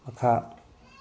ꯃꯈꯥ